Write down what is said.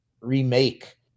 remake